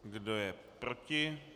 Kdo je proti?